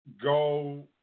Go